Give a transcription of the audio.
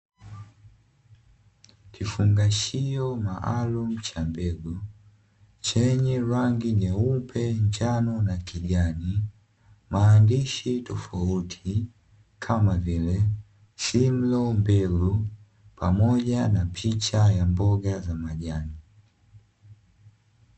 Kifungashio maalumu cha mbegu chenye rangi nyeupe, njano na kijani maandishi tofauti kama vile (Simlaw mbegu) pamoja na picha ya mboga za majani.